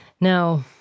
Now